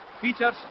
features